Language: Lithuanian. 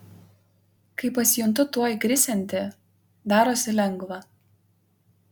kai pasijuntu tuoj krisianti darosi lengva